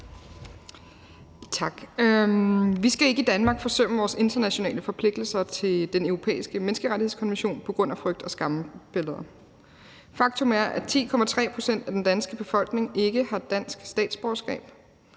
Tak. Vi skal ikke i Danmark forsømme vores internationale forpligtelser over for Den Europæiske Menneskerettighedskonvention på grund af frygt og skræmmebilleder. Faktum er, at 10,3 pct. af den danske befolkning ikke har dansk statsborgerskab.